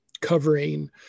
covering